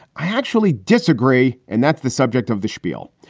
i actually disagree. and that's the subject of the spiel.